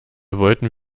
wollten